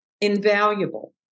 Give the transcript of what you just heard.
Invaluable